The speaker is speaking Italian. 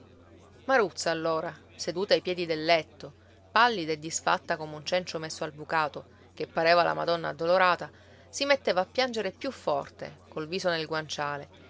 maruzza allora seduta ai piedi del letto pallida e disfatta come un cencio messo al bucato che pareva la madonna addolorata si metteva a piangere più forte col viso nel guanciale